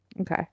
Okay